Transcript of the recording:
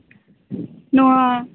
ᱱᱚᱣᱟ